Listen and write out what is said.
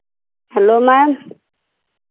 hello ma'am